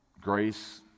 grace